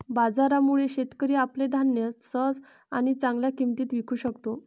बाजारामुळे, शेतकरी आपले धान्य सहज आणि चांगल्या किंमतीत विकू शकतो